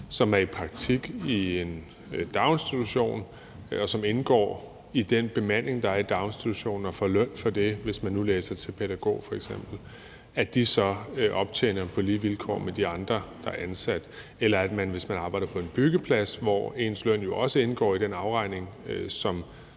som er i praktik i en daginstitution, og som indgår i den bemanding, der er i daginstitution, og får løn for det, f.eks. hvis man nu læser til pædagog, optjener på lige vilkår med de andre, der er ansat, eller at man, hvis man arbejder på en byggeplads, hvor ens løn jo også indgår i den afregning, som